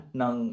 ng